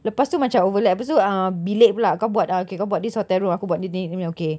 lepas tu macam overlap lepas tu uh bilik pula kau buat ah okay kau buat this hotel room aku buat ni ni ni punya okay